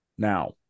Now